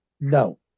no